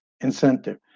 incentive